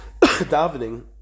Davening